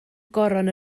goron